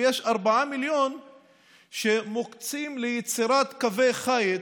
ויש 4 מיליון שמוקצים ליצירת קווי חיץ,